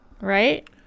Right